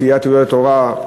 סיעת יהדות התורה,